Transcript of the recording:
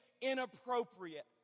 inappropriate